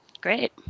Great